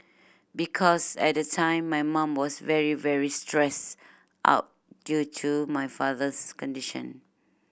because at the time my mum was very very stress out due to my father's condition